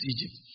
Egypt